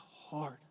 hard